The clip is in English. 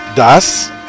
Das